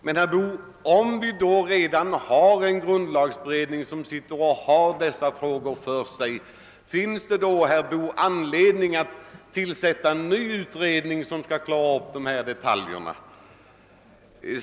Men, herr Boo, om vi redan har tillsatt en grundlagberedning som behandlar dessa frågor, finns det då anledning att tillsätta en ny utredning för att klara de här detaljerna?